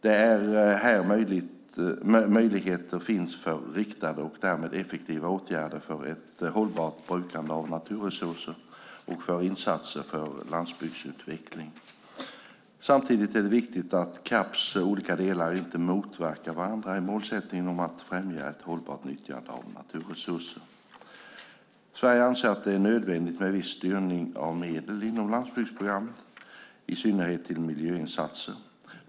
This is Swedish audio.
Det är här möjligheter finns för riktade och därmed effektiva åtgärder för ett hållbart brukande av naturresurser och för insatser för landsbygdsutveckling. Samtidigt är det viktigt att CAP:s olika delar inte motverkar varandra i målsättningen om att främja ett hållbart nyttjande av naturresurser. Sverige anser att det är nödvändigt med viss styrning av medel inom landsbygdsprogrammet, i synnerhet till miljöinsatser.